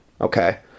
Okay